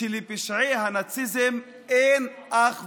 שלפשעי הנאציזם אין אח ורע,